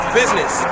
business